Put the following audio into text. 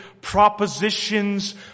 propositions